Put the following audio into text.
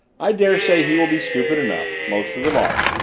i daresay he will be stupid enough. most of them are.